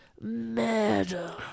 murder